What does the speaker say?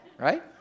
right